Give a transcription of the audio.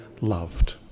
loved